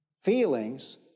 feelings